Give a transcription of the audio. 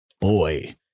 Boy